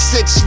Six